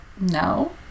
no